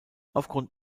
aufgrund